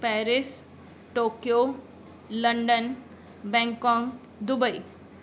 Paris Tokyo London Bangkok Dubai